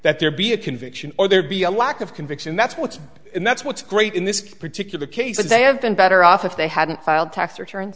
that there be a conviction or there be a lack of conviction that's what's and that's what's great in this particular case is they have been better off if they hadn't filed tax return